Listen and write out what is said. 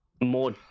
more